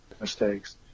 mistakes